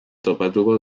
topatuko